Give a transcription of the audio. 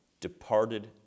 departed